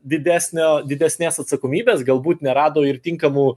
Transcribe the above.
didesnio didesnės atsakomybės galbūt nerado ir tinkamų